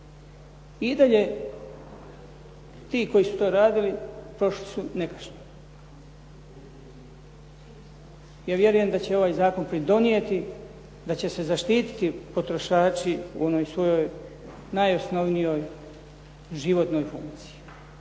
i dalje ti koji su to radili prošli su nekažnjeno. Ja vjerujem da će ovaj zakon pridonijeti, da će se zaštititi potrošači u onoj svojoj najosnovnijoj životnoj funkciji